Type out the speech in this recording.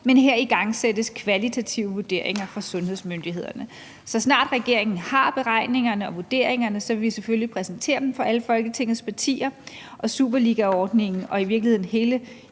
men her igangsættes kvalitative vurderinger fra sundhedsmyndigheders side. Så snart regeringen har beregningerne og vurderingerne, vil vi selvfølgelig præsentere dem for alle Folketingets partier. Superligaordningen og i virkeligheden hele